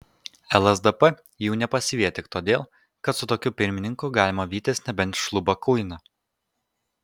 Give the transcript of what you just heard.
lsdp jų nepasiveja tik todėl kad su tokiu pirmininku galima vytis nebent šlubą kuiną